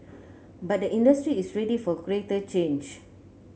but the industry is ready for greater change